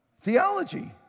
theology